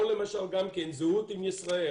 או למשל גם הזדהות עם ישראל,